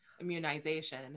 immunization